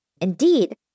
Indeed